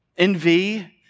Envy